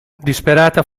disperata